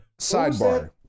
Sidebar